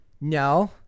no